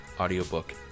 audiobook